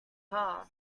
car